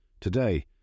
Today